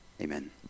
Amen